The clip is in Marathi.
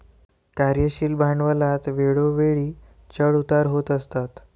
कार्यशील भांडवलात वेळोवेळी चढ उतार होत असतात